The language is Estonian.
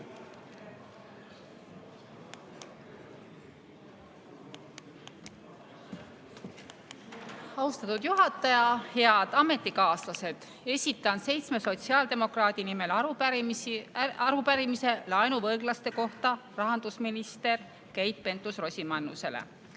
Austatud juhataja! Head ametikaaslased! Esitan seitsme sotsiaaldemokraadi nimel arupärimise laenuvõlglaste kohta rahandusminister Keit Pentus-Rosimannusele.